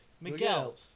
Miguel